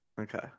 Okay